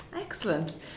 Excellent